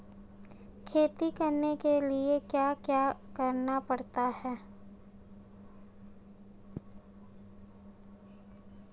खेती करने के लिए क्या क्या करना पड़ता है?